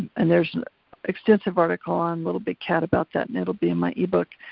and there's an extensive article on little big cat about that and it'll be in my e-book,